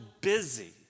busy